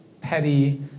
petty